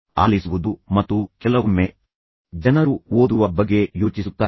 ಆಲಿಸುವುದು ಮತ್ತು ಕೆಲವೊಮ್ಮೆ ಜನರು ಓದುವ ಬಗ್ಗೆ ಯೋಚಿಸುತ್ತಾರೆ